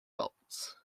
faults